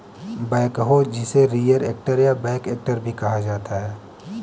backhoe जिसे rear actor या back actor भी कहा जाता है